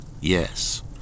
Yes